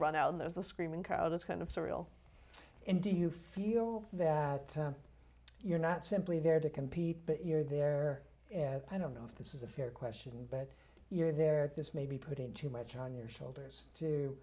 run out and there's the screaming crowd it's kind of surreal and do you feel that you're not simply there to compete but you're there and i don't know if this is a fair question but you're there just maybe putting too much on your shoulders to